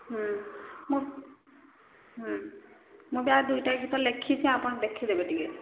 ହୁଁ ମୁଁ ହୁଁ ମୁଁ ଯାହା ଦୁଇଟା ଗୀତ ଲେଖିଛି ଆପଣ ଦେଖିଦେବେ ଟିକେ